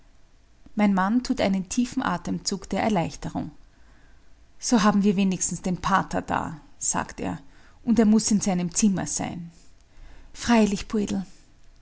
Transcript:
mein mann tut einen tiefen atemzug der erleichterung so haben wir wenigstens den pater da sagt er und er muß in seinem zimmer sein freilich poldl